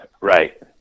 Right